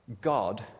God